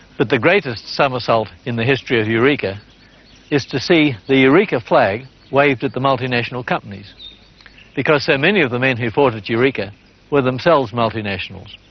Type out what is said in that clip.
but the greatest somersault in the history of eureka is to see the eureka flag waved at the multinational companies because so many of the men who fought at eureka were themselves multinationals,